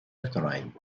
uachtaráin